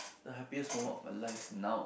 the happiest moment of your life now